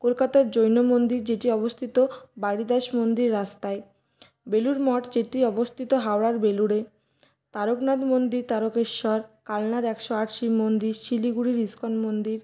কলকাতার জৈন মন্দির যেটি অবস্থিত বারিদাস মন্দির রাস্তায় বেলুড় মঠ যেটি অবস্থিত হাওড়ার বেলুড়ে তারকনাথ মন্দির তারকেশ্বর কালনার একশো আট শিব মন্দির শিলিগুড়ির ইস্কন মন্দির